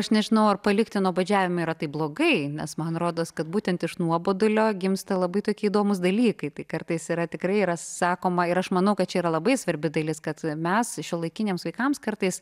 aš nežinau ar palikti nuobodžiavimą yra taip blogai nes man rodos kad būtent iš nuobodulio gimsta labai tokie įdomūs dalykai tai kartais yra tikrai yra sakoma ir aš manau kad čia yra labai svarbi dalis kad mes šiuolaikiniams vaikams kartais